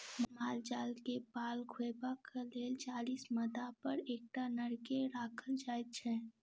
माल जाल के पाल खुअयबाक लेल चालीस मादापर एकटा नर के राखल जाइत छै